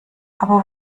aber